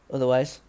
Otherwise